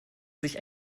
sich